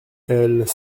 elles